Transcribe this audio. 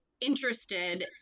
interested